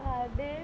ah they